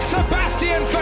Sebastian